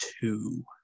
two